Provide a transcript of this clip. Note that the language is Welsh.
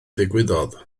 ddigwyddodd